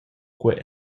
quei